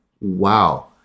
wow